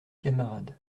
camarades